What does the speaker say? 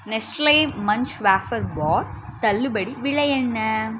Nestle Munch wafer bar தள்ளுபடி விலை என்ன